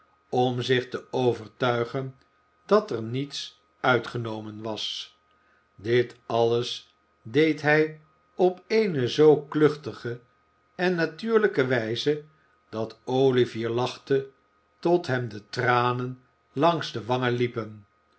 om zich te overtuigen dat er niets uitgenomen was dit alles deed hij op eene zoo kluchtige en natuurlijke wijze dat olivier lachte tot hem de tranen langs de wangen liepen